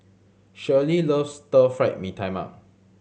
Shirlee loves Stir Fried Mee Tai Mak